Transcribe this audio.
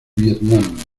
vietnam